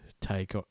take